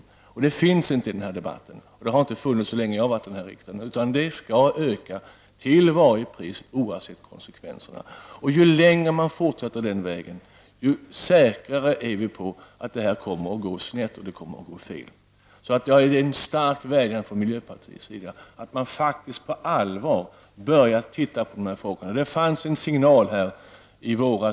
Det finns inga sådana begränsningar i den här debatten, och det har inte funnits så länge jag har varit med i riksdagen, utan tillväxten skall öka till varje pris, oavsett konsekvenserna. Ju längre man fortsätter på den vägen, desto säkrare är vi på att detta kommer att gå snett. Jag vill framföra en stark vädjan från miljöpartiets sida — att man på allvar börjar se på de här frågorna. Det fanns en signal här i våras.